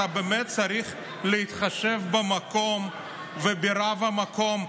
אתה באמת צריך להתחשב במקום וברב המקום,